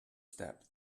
step